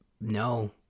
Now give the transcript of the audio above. no